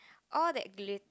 all that glitters